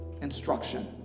instruction